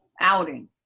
outing